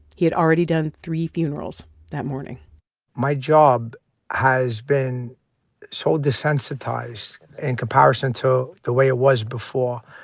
he had already done three funerals that morning my job has been so desensitized in comparison to the way it was before.